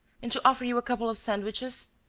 and to offer you a couple of sandwiches.